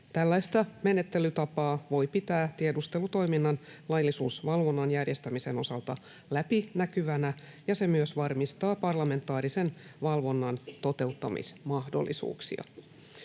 Tällaista menettelytapaa voi pitää tiedustelutoiminnan laillisuusvalvonnan järjestämisen osalta läpinäkyvänä, ja se myös varmistaa parlamentaarisen valvonnan toteuttamismahdollisuuksia.